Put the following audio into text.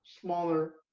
smaller